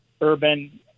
urban